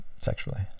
sexually